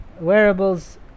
wearables